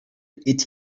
est